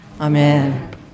Amen